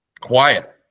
Quiet